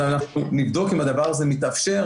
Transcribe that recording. אנחנו נבדוק אם הדבר הזה מתאפשר.